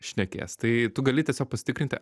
šnekės tai tu gali tiesiog pasitikrinti